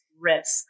risk